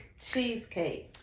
Cheesecake